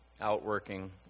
outworking